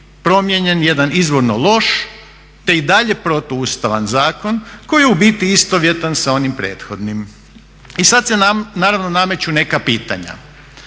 promijenjen jedan izvorno loš, te i dalje protuustavan zakon koji u biti istovjetan sa onim prethodnim. I sada se naravno nameću neka pitanja.